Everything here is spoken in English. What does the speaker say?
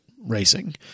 racing